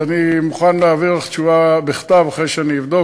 אני מוכן להעביר לך תשובה בכתב אחרי שאני אבדוק,